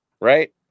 Right